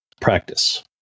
practice